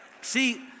See